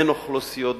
בין אוכלוסיות,